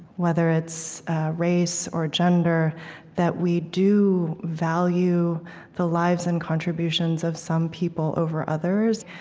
whether it's race or gender that we do value the lives and contributions of some people over others.